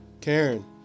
Karen